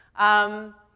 um,